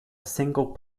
single